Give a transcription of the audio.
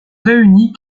réunit